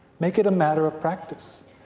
make it a matter of practice.